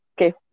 okay